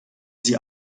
sie